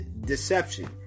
deception